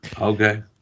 Okay